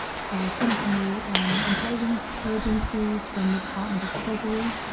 some from the um intelligence agencies, from the department of treasury,